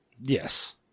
Yes